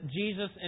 Jesus